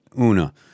Una